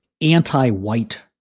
anti-white